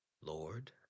Lord